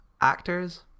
actors